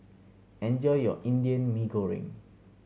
enjoy your Indian Mee Goreng